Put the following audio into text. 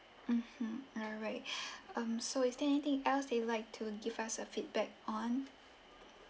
mmhmm alright um so is there anything else that you'd like to give us a feedback on